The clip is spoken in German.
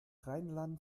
rheinland